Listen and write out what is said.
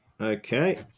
okay